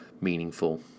meaningful